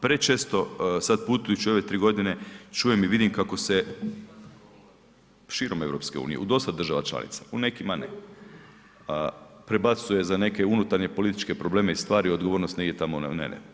Prečesto sada putujući ove tri godine čujem i vidim kako se širom EU u dosta država članica, u nekima ne, prebacuje za neke unutarnje političke probleme i stvari odgovornost negdje tamo na